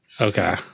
okay